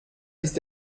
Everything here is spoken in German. ist